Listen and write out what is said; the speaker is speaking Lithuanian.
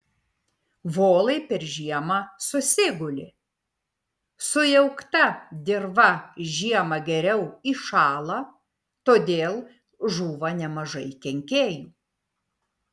volai per žiemą susiguli sujaukta dirva žiemą geriau įšąla todėl žūva nemažai kenkėjų